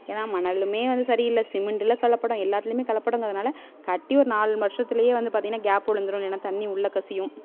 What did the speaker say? ஏன்னால் மணலுமே அது சரியில்லை சிமிண்டில் கலப்படம் எல்லாத்துலேயுமே கலப்படங்கிறதுனால கட்டி ஒரு நாலு வருஷத்துலேயே வந்து பார்த்திங்கனா கேப்பு விழுந்துரும் இல்லைனா தண்ணி உள்ளே கசியும்